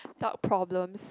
adult problems